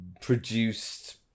produced